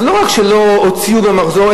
אז לא רק שלא הוציאו מהמחזור,